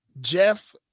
Jeff